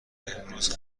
امروز